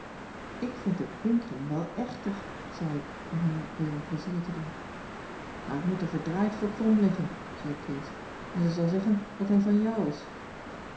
ik vind een pinkring wel echter zei ik om hem weer een pleizier te doen maar ik moet er verdraaid voor kromliggen zei kees en ze zal zeggen dat hij van jou is